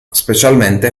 specialmente